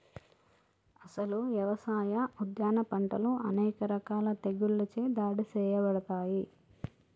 అసలు యవసాయ, ఉద్యాన పంటలు అనేక రకాల తెగుళ్ళచే దాడి సేయబడతాయి